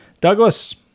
Douglas